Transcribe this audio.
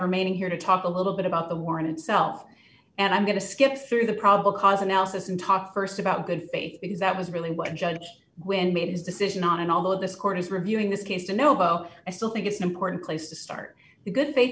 remaining here to talk a little bit about the war in itself and i'm going to skip through the probable cause analysis and talk st about good faith because that was really what the judge when made his decision on and although this court is reviewing this case to know about i still think it's important place to start the good faith